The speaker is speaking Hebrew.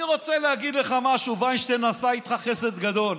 אני רוצה להגיד לך משהו: וינשטיין עשה איתך חסד גדול,